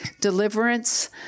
deliverance